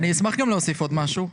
אני אשמח להוסיף משהו.